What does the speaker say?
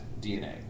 DNA